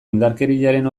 indarkeriaren